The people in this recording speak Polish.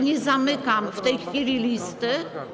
Nie zamykam w tej chwili listy.